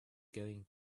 going